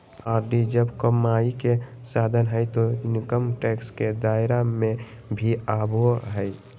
RD जब कमाई के साधन हइ तो इनकम टैक्स के दायरा में भी आवो हइ